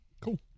Cool